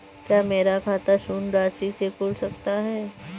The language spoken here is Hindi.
क्या मेरा खाता शून्य राशि से खुल सकता है?